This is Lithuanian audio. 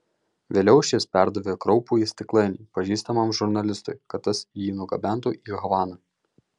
vėliau šis perdavė kraupųjį stiklainį pažįstamam žurnalistui kad tas jį nugabentų į havaną